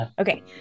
Okay